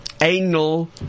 anal